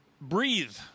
Breathe